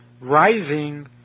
rising